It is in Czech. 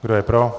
Kdo je pro?